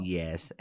yes